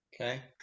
Okay